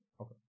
Okay